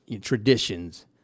traditions